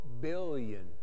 billion